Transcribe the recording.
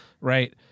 right